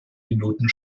minuten